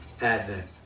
advent